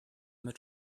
mit